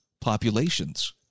populations